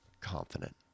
confident